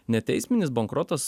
neteisminis bankrotas